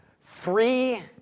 Three